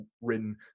written